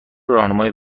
راهنمای